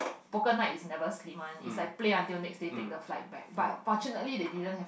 poker night is never sleep one is like play until next day take the flight back but fortunately they didn't have